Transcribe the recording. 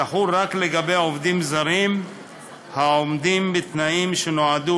תחול רק לגבי עובדים זרים העומדים בתנאים שנועדו